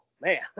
man